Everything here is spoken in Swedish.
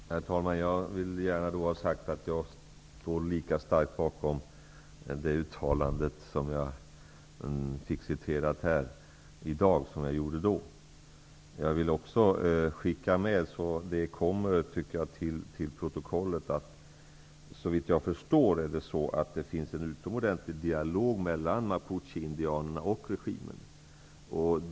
Herr talman! Jag vill gärna ha sagt att jag i dag står lika starkt bakom det uttalande som citerades som jag gjorde då. Jag vill också till protokollet få med att det såvitt jag förstår finns en utomordenlig dialog mellan mapucheindianerna och regimen.